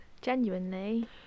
genuinely